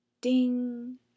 Ding